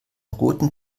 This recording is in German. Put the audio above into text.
roten